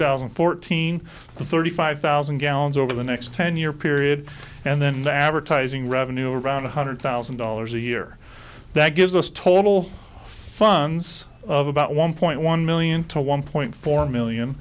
thousand and fourteen to thirty five thousand gallons over the next ten year period and then the advertising revenue around one hundred thousand dollars a year that gives us total funds of about one point one million to one point four million